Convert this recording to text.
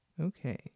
okay